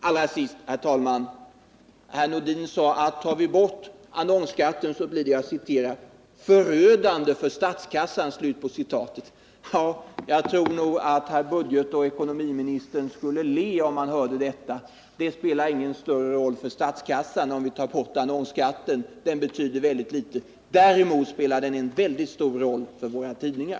Allra sist: Herr Nordin sade att tar vi bort annonsskatten blir det ”förödande för statskassan”. Jag tror att herr budgetoch ekonomiministern skulle le om han hörde det. Det spelar ingen större roll för statskassan om vi tar bort annonsskatten; den betyder väldigt litet. Däremot spelar den en mycket stor roll för våra tidningar.